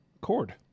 Cord